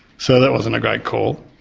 so that wasn't a great call.